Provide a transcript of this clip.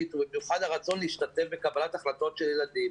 ובמיוחד הרצון להשתתף בקבלת החלטות של ילדים.